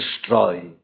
destroy